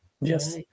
yes